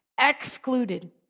excluded